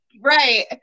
right